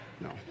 No